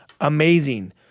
Amazing